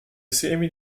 semi